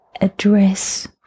address